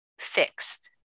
fixed